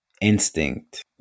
instinct